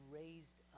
raised